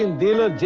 and dinner.